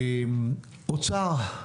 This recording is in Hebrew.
אוצר,